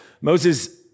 Moses